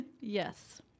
Yes